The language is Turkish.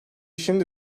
şimdi